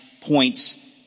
points